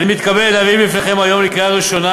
אני מתכבד להביא בפניכם היום לקריאה ראשונה